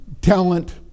talent